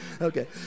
Okay